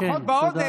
לפחות באוזן,